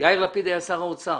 יאיר לפיד היה שר האוצר.